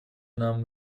нам